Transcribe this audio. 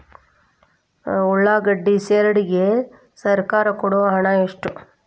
ಉಳ್ಳಾಗಡ್ಡಿ ಶೆಡ್ ಗೆ ಸರ್ಕಾರ ಕೊಡು ಹಣ ಎಷ್ಟು?